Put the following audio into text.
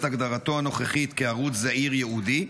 הגדרתו הנוכחית כערוץ זעיר ייעודי?